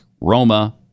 Roma